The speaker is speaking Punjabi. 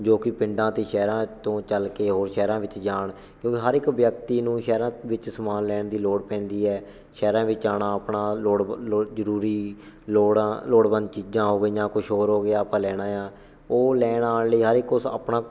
ਜੋ ਕਿ ਪਿੰਡਾਂ ਅਤੇ ਸ਼ਹਿਰਾਂ ਤੋਂ ਚੱਲ ਕੇ ਹੋਰ ਸ਼ਹਿਰਾਂ ਵਿੱਚ ਜਾਣ ਕਿਉਂਕਿ ਹਰ ਇੱਕ ਵਿਅਕਤੀ ਨੂੰ ਸ਼ਹਿਰਾਂ ਵਿੱਚ ਸਮਾਨ ਲੈਣ ਦੀ ਲੋੜ ਪੈਂਦੀ ਹੈ ਸ਼ਹਿਰਾਂ ਵਿੱਚ ਆਉਣਾ ਆਪਣਾ ਲੋੜ ਵ ਲੋ ਜ਼ਰੂਰੀ ਲੋੜਾਂ ਲੋੜਵੰਦ ਚੀਜ਼ਾਂ ਹੋ ਗਈਆਂ ਕੁਛ ਹੋਰ ਹੋ ਗਿਆ ਆਪਾਂ ਲੈਣਾ ਆ ਉਹ ਲੈਣ ਆਉਣ ਲਈ ਹਰ ਇੱਕ ਕੋਲ ਆਪਣਾ